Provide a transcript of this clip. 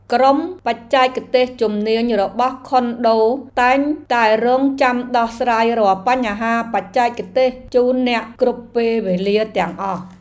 ក្រុមបច្ចេកទេសជំនាញរបស់ខុនដូតែងតែរង់ចាំដោះស្រាយរាល់បញ្ហាបច្ចេកទេសជូនអ្នកគ្រប់ពេលវេលាទាំងអស់។